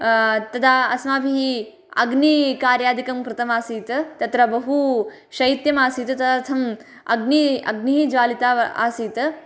तदा अस्माभिः अग्निकार्यादिकं कृतमासीत् तत्र बहु शैत्यमासीत् तदर्थम् अग्नि अग्निः ज्वालिता आसीत्